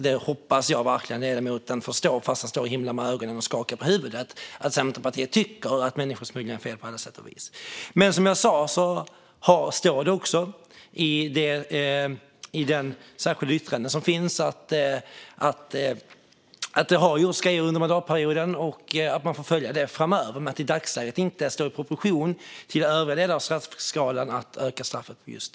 Jag hoppas verkligen att ledamoten förstår, fast han himlar med ögonen och skakar på huvudet, att Centerpartiet tycker att människosmuggling är fel på alla sätt och vis. Men det står i det särskilda yttrandet att det har skett saker under mandatperioden och att man får följa dem framöver, men det står i dagsläget inte i proportion till övriga delar av straffskalan att öka straffet.